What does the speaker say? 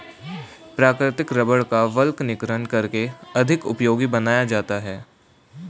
प्राकृतिक रबड़ का वल्कनीकरण करके अधिक उपयोगी बनाया जाता है